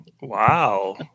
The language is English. Wow